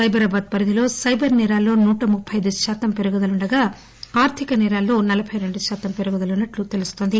సైబరాబాద్ పరిధిలో సైబర్ సేరాల్లో నూట ముప్పయి ఐదు శాతం పెరుగుదల ఉండగా ఆర్థిక నేరాల్లో నలబై రెండు శాతం పెరుగుదల ఉన్నట్లు తెలున్తోంది